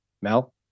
Mel